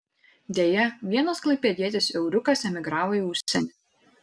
deja vienas klaipėdietis euriukas emigravo į užsienį